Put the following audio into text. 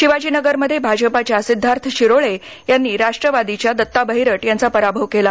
शिवाजीनगरमध्ये भाजपाच्या सिद्धार्थ शिरोळे यांनी राष्ट्रवादीच्या दत्ता बहिरट यांचा पराभव केला